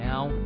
Now